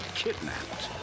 kidnapped